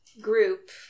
group